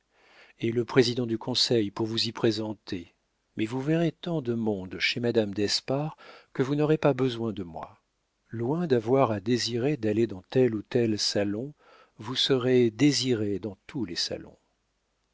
et le président du conseil pour vous y présenter mais vous verrez tant de monde chez madame d'espard que vous n'aurez pas besoin de moi loin d'avoir à désirer d'aller dans tel ou tel salon vous serez désirée dans tous les salons